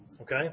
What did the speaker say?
okay